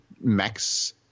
max